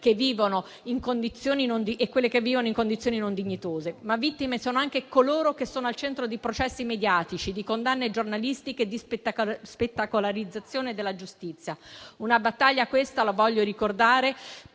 che vivono in condizioni non dignitose. Ma vittime sono anche coloro che sono al centro di processi mediatici, di condanne giornalistiche, di spettacolarizzazione della giustizia. Una battaglia, questa (e lo voglio ricordare